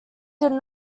did